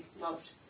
loved